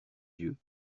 yeux